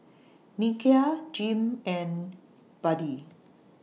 Nikia Jim and Buddie